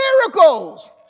miracles